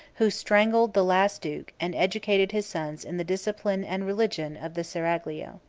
who strangled the last duke, and educated his sons in the discipline and religion of the seraglio.